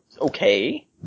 okay